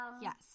yes